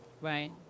right